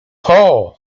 hoooo